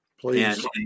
Please